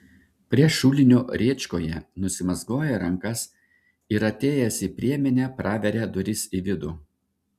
prie šulinio rėčkoje nusimazgoja rankas ir atėjęs į priemenę praveria duris į vidų